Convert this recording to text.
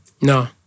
No